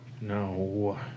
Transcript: No